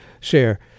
share